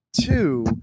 two